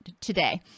today